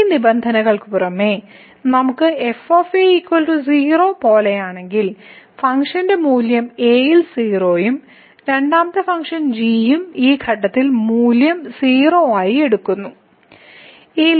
ഈ നിബന്ധനകൾക്ക് പുറമേ നമുക്ക് f 0 പോലെയാണെങ്കിൽ ഫംഗ്ഷൻ മൂല്യം a ൽ 0 ഉം രണ്ടാമത്തെ ഫംഗ്ഷൻ g ഉം ഈ ഘട്ടത്തിൽ മൂല്യം 0 ആയി എടുക്കുന്നു a